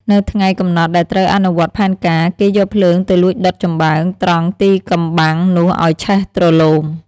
នៅថ្ងៃ កំណត់ដែលត្រូវអនុវត្តផែនការ គេយកភ្លើងទៅលួចដុតចំបើង ត្រង់ទីកំបាំងនោះឱ្យឆេះទ្រលោម។